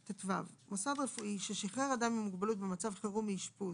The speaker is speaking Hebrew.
(טו)מוסד רפואי ששחרר אדם עם מוגבלות במצב חירום מאשפוז